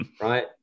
right